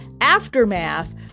aftermath